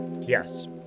Yes